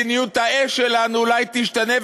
מדיניות האש שלנו אולי תשתנה,